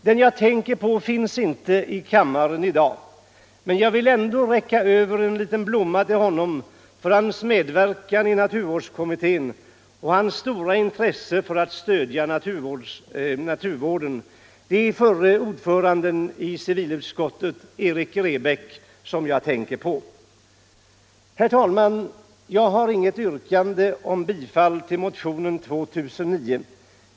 Den jag tänker på finns inte i kammaren i dag, men jag vill ändå räcka över en blomma till honom för hans medverkan i naturvårdskommittén och hans stora intresse för att stödja naturvården. Det är förre ordföranden i civilutskottet Erik Grebäck som jag tänker på. Herr talman! Jag har inget yrkande om bifall till motionen 2009.